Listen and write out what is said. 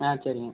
on சரிங்க